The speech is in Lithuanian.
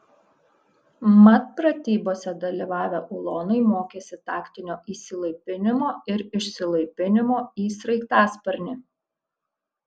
mat pratybose dalyvavę ulonai mokėsi taktinio įsilaipinimo ir išsilaipinimo į sraigtasparnį